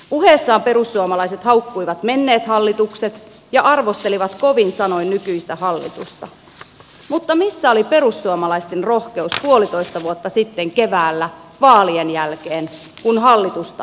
puheessaan perussuomalaiset haukkuivat menneet hallitukset ja arvostelivat kovin sanoin nykyistä hallitusta mutta missä oli perussuomalaisten rohkeus puolitoista vuotta sitten keväällä vaalien jälkeen kun hallitusta kasattiin